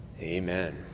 Amen